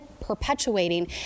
perpetuating